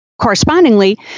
correspondingly